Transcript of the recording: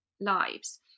lives